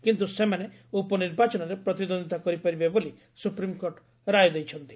କିନ୍ତୁ ସେମାନେ ଉପନିର୍ବାଚନରେ ପ୍ରତିଦ୍ୱନ୍ଦିତା କରିପାରିବେ ବୋଲି ସ୍ୱପ୍ରିମ୍କୋର୍ଟ ରାୟ ଦେଇଛନ୍ତି